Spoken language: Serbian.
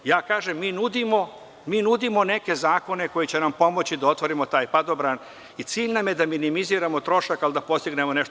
Ja kažem – mi nudimo neke zakone koji će nam pomoći da otvorimo taj padobran i cilj nam je da minimiziramo trošak, ali da postignemo nešto.